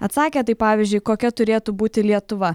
atsakė tai pavyzdžiui kokia turėtų būti lietuva